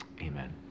Amen